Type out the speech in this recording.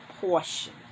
portion